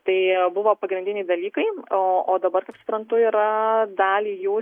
tai buvo pagrindiniai dalykai o o dabar kaip suprantu yra dalį jų